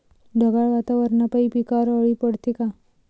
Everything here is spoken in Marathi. ढगाळ वातावरनापाई पिकावर अळी पडते का?